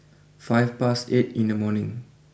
five past eight in the morning